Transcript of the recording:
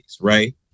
right